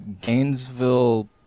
Gainesville